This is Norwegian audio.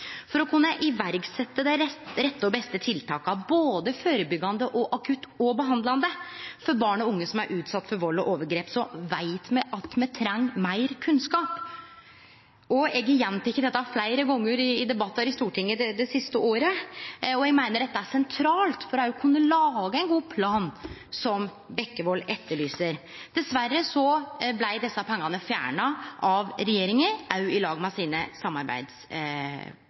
For å kunne setje i verk dei rette og beste tiltaka – både førebyggjande og akutt og behandlande – for barn og unge som er utsette for vald og overgrep, veit me at me treng meir kunnskap. Eg har gjenteke dette fleire gonger i debattar i Stortinget det siste året, og eg meiner dette er sentralt òg for å kunne lage ein god plan, som Bekkevold etterlyser. Dessverre blei desse pengane fjerna av regjeringa